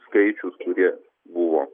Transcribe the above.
skaičius kurie buvo